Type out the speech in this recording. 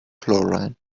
chlorine